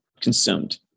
consumed